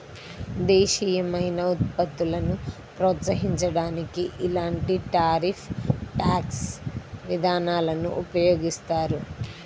దేశీయమైన ఉత్పత్తులను ప్రోత్సహించడానికి ఇలాంటి టారిఫ్ ట్యాక్స్ విధానాలను ఉపయోగిస్తారు